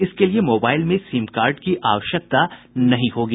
इसके लिए मोबाइल में सिम कार्ड की आवश्यकता नहीं होगी